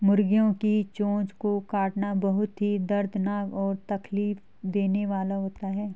मुर्गियों की चोंच को काटना बहुत ही दर्दनाक और तकलीफ देने वाला होता है